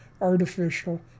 artificial